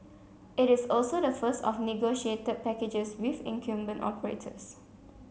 it is also the first of negotiated packages with incumbent operators